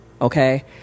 Okay